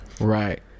Right